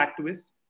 activists